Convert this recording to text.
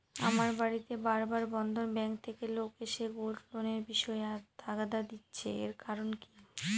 আমার বাড়িতে বার বার বন্ধন ব্যাংক থেকে লোক এসে গোল্ড লোনের বিষয়ে তাগাদা দিচ্ছে এর কারণ কি?